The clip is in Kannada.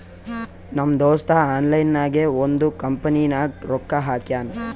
ನಮ್ ದೋಸ್ತ ಆನ್ಲೈನ್ ನಾಗೆ ಒಂದ್ ಕಂಪನಿನಾಗ್ ರೊಕ್ಕಾ ಹಾಕ್ಯಾನ್